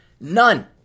None